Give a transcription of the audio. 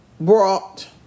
brought